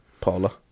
Paula